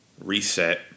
reset